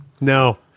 No